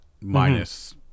minus